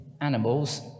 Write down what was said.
animals